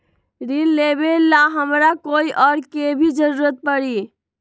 ऋन लेबेला हमरा कोई और के भी जरूरत परी?